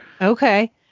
Okay